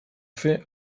fer